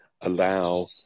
allow